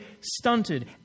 stunted